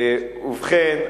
ובכן,